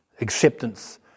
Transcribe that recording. acceptance